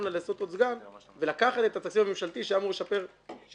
לה לעשות עוד סגן ולקחת את התקציב הממשלתי שהיה אמור לשפר שירותים